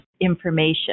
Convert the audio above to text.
information